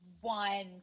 one